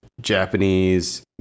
Japanese